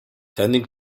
tending